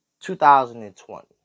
2020